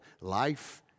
life